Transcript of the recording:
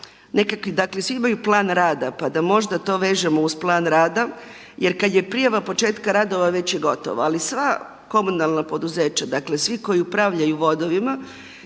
dakle svi imaju plan rada, pa da možda to vežemo uz plan rada jer kada je prijava početka radova već je gotovo. Ali sva komunalna poduzeća, dakle svi koji upravljaju vodovima